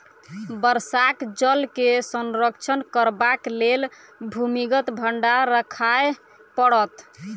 वर्षाक जल के संरक्षण करबाक लेल भूमिगत भंडार राखय पड़त